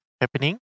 happening